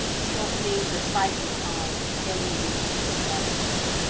shortening the cycle time of getting repaid from these.